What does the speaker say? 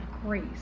grace